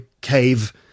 cave